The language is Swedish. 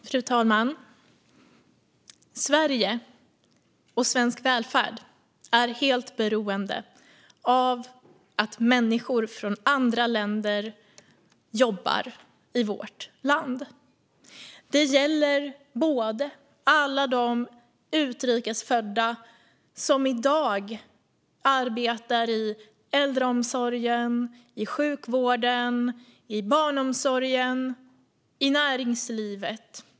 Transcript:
Fru talman! Sverige och svensk välfärd är helt beroende av att människor från andra länder jobbar i vårt land. Det gäller alla utrikes födda som i dag arbetar i äldreomsorgen, i sjukvården, i barnomsorgen och i näringslivet.